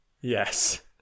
Yes